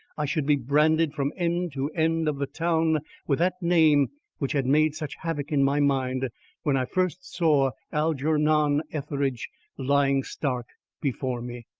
i should be branded from end to end of the town with that name which had made such havoc in my mind when i first saw algernon etheridge lying stark before me.